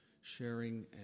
sharing